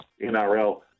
NRL